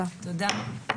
הישיבה ננעלה בשעה 14:20.